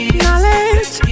knowledge